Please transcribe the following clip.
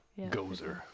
Gozer